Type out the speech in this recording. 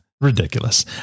ridiculous